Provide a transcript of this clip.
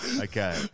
okay